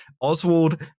Oswald